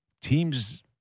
Teams